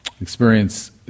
Experience